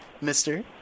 Mister